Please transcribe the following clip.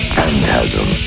Phantasm